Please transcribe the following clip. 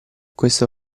questo